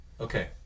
Okay